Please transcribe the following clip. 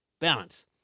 balance